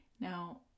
Now